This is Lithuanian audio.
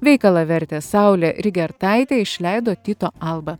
veikalą vertė saulė rygertaitė išleido tyto alba